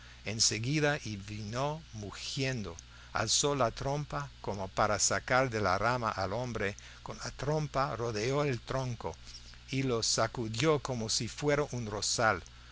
olió enseguida y vino mugiendo alzó la trompa como para sacar de la rama al hombre con la trompa rodeó el tronco y lo sacudió como si fuera un rosal